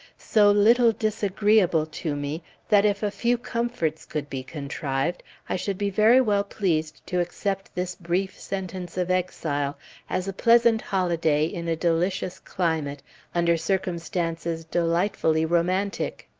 so little disagreeable to me that if a few comforts could be contrived i should be very well pleased to accept this brief sentence of exile as a pleasant holiday in a delicious climate under circumstances delightfully romantic.